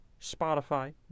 Spotify